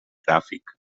gràfic